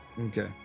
Okay